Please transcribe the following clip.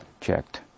checked